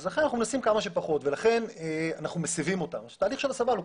אנחנו נבקש את הדוח של החברה החיצונית.